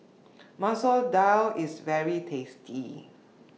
Masoor Dal IS very tasty